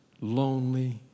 lonely